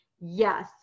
Yes